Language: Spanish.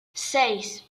seis